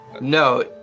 No